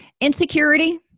Insecurity